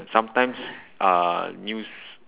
sometimes uh news